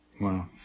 Wow